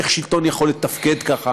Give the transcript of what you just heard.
איך שלטון יכול לתפקד ככה?